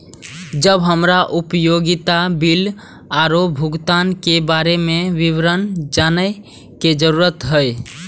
जब हमरा उपयोगिता बिल आरो भुगतान के बारे में विवरण जानय के जरुरत होय?